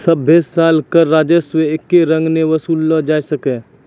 सभ्भे साल कर राजस्व एक्के रंग नै वसूललो जाय छै